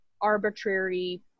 arbitrary